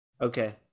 Okay